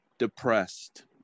depressed